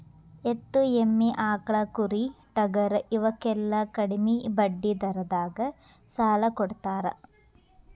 ಎತ್ತು, ಎಮ್ಮಿ, ಆಕ್ಳಾ, ಕುರಿ, ಟಗರಾ ಇವಕ್ಕೆಲ್ಲಾ ಕಡ್ಮಿ ಬಡ್ಡಿ ದರದಾಗ ಸಾಲಾ ಕೊಡತಾರ